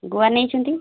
ଗୁଆ ନେଇଛନ୍ତି